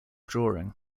drawing